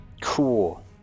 Cool